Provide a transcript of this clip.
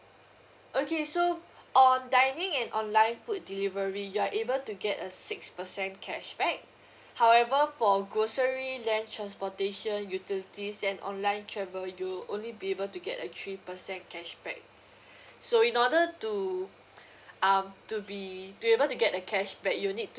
okay so on dining and online food delivery you are able to get a six percent cashback however for grocery land transportation utilities and online travel you only be able to get a three percent cashback so in order to um to be to be able to get a cashback you'll need to